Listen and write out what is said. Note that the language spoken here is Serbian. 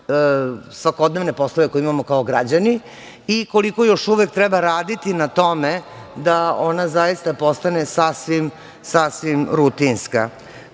svakodnevne poslove koje imamo kao građani i koliko još uvek treba raditi na tome da ona zaista postane sasvim rutinska. Ta